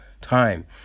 time